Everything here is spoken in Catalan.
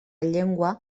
llengua